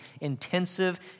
Intensive